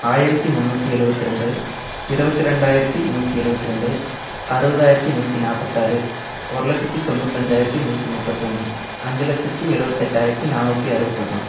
ஆயிரத்து முன்னூற்றி எழுபத்து ரெண்டு இருபத்தி ரெண்டாயிரத்து நூற்றி எழுபத்தி ரெண்டு அறுபதாயிரத்தி நூற்றி நாற்பத்தாறு ஒரு லட்சத்து தொண்ணூத்தஞ்சாயிரத்து நூற்றி முப்பத்தொன்று அஞ்சு லட்சத்து எழுபதெட்டாயிரத்தி நானூற்றி அறுபத்தொன்னு